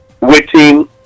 waiting